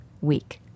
week